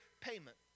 payment